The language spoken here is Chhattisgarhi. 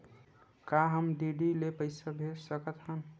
का हम डी.डी ले पईसा भेज सकत हन?